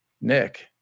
Nick